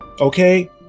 Okay